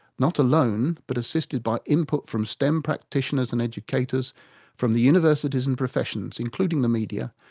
not alone but assisted by input from stemm practitioners and educators from the universities and professions including the media,